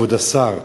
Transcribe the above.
כבוד השר,